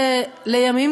ולימים,